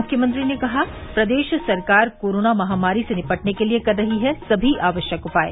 मुख्यमंत्री ने कहा प्रदेश सरकार कोरोना महामारी से निपटने के लिए कर रही है समी आवश्यक उपाय